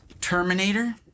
Terminator